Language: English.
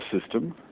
system